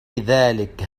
ذلك